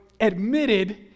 admitted